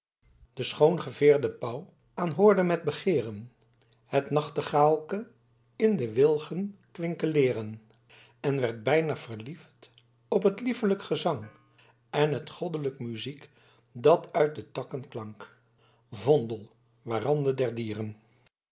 de schoon geveêrde paauw aanhoorde met begeeren het nachtegaelken in de wilgen quinkeleeren en werd byna verlieft op t lieffelyck gezanck en t goddelyck musyck dat uyt de tacken klanck vondel warande der dieren